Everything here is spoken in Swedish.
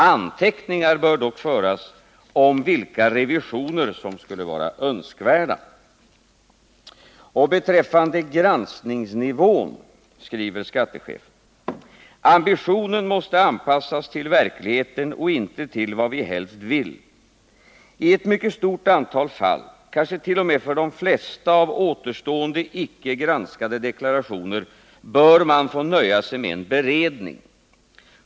Anteckningar bör dock föras om vilka revisioner som skulle vara önskvärda.” Beträffande granskningsnivån skriver skattechefen: ”Ambitionen måste anpassas till verkligheten och inte till vad vi helst vill. I ett mycket stort antal fall, kanske t.o.m. för de flesta av återstående icke granskade deklarationer, bör man få nöja sig med en beredning.